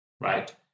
right